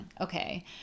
okay